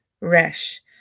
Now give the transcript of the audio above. Resh